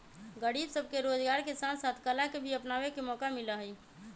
गरीब सब के रोजगार के साथ साथ कला के भी अपनावे के मौका मिला हई